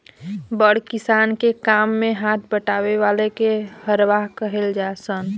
बड़ किसान के काम मे हाथ बटावे वाला के हरवाह कहाले सन